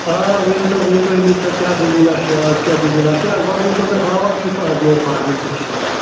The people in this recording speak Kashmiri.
آ ؤنۍتو ؤنۍتو حمیٖد صٲب کیٛاہ دٔلیٖلَہ چھِ آز کیٛاہ دٔلیٖلَہ کیٛاہ گۄڈٕ ؤنۍتو بھاوا کیُتھ آز یہُس باغَن کیُتھ چھُ بھاوا